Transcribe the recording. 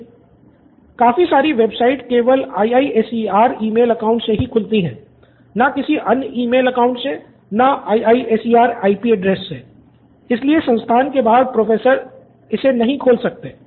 student 5 काफी सारी website केवल IISER ईमेल अकाउंट से ही खुलती हैं ना किसी अन्य ईमेल अकाउंट से ना IISER IP एड्रैस से इसलिए संस्थान के बाहर प्रोफेसर इसे नहीं खोल सकते